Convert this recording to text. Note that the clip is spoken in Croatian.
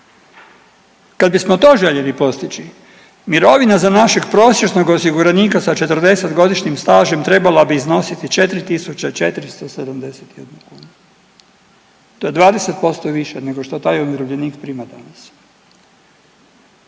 Kad bismo to željeli postići mirovina za našeg prosječnog osiguranika sa 40-godišnjim stažem trebala bi iznositi 4.471 kunu to je 20% više nego što taj umirovljenik prima danas.